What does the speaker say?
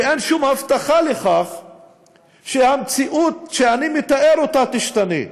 ואין שום הבטחה לכך שהמציאות שאני מתאר תשתנה.